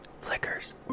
Flickers